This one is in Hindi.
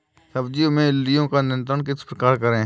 सब्जियों में इल्लियो का नियंत्रण किस प्रकार करें?